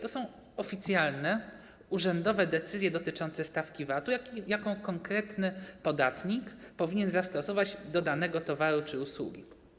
To są oficjalne, urzędowe decyzje dotyczące stawki VAT, jaką konkretny podatnik powinien zastosować do danego towaru czy usługi.